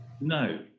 No